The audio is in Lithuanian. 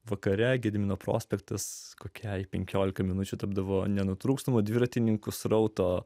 vakare gedimino prospektas kokiai penkiolikai minučių tapdavo nenutrūkstamo dviratininkų srauto